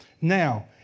Now